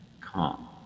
calm